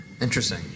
interesting